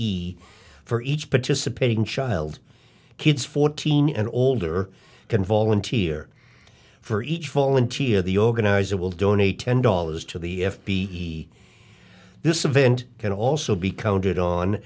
i for each participating child kids fourteen and older can volunteer for each volunteer the organizer will donate ten dollars to the f b i this event can also be counted on